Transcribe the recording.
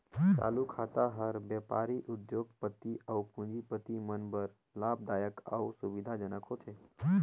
चालू खाता हर बेपारी, उद्योग, पति अउ पूंजीपति मन बर लाभदायक अउ सुबिधा जनक होथे